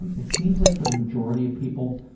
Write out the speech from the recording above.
and it seems like for the majority of people,